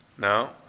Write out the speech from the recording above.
No